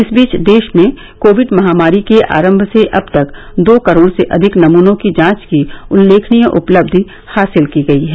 इस बीच देश में कोविड महामारी के आरंभ से अब तक दो करोड से अधिक नमूनों की जांच की उल्लेखनीय उपलब्धि हासिल की गई है